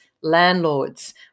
landlords